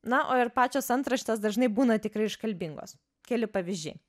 na o ir pačios antraštės dažnai būna tikrai iškalbingos keli pavyzdžiai